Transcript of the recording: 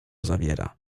zawiera